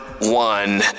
one